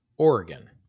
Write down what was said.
Oregon